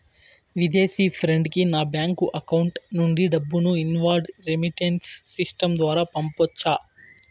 విదేశీ ఫ్రెండ్ కి నా బ్యాంకు అకౌంట్ నుండి డబ్బును ఇన్వార్డ్ రెమిట్టెన్స్ సిస్టం ద్వారా పంపొచ్చా?